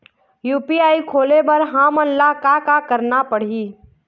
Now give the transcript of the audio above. UPI खोले बर हमन ला का का करना पड़ही?